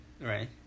Right